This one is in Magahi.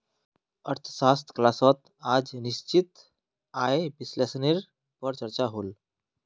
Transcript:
अर्थशाश्त्र क्लास्सोत आज निश्चित आय विस्लेसनेर पोर चर्चा होल